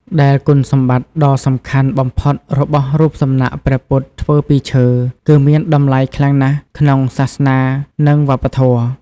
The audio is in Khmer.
ដែលគុណសម្បត្តិដ៏សំខាន់បំផុតរបស់រូបសំណាកព្រះពុទ្ធធ្វើពីឈើ គឺមានតម្លៃខ្លាំងណាស់ក្នុងសាសនា និងវប្បធម៌។